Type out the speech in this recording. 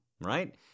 right